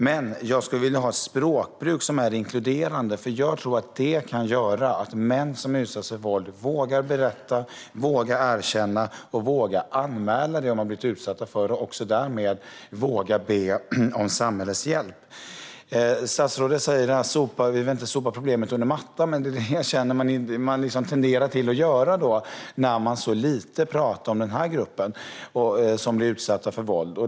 Men jag skulle vilja ha ett språkbruk som är inkluderande, för jag tror att det kan göra att män som utsatts för våld vågar berätta, erkänna och anmäla det de har blivit utsatta för och att de därmed också vågar be om samhällets hjälp. Statsrådet säger att vi inte vill sopa problemet under mattan. Men det är ju detta man tenderar att göra när man talar så lite om denna grupp som blir utsatt för våld.